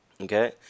Okay